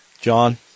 John